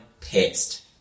pissed